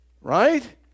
right